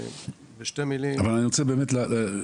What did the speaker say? בשתי מילים --- אבל אני רוצה לנסות